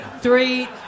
Three